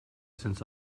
since